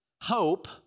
Hope